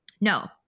No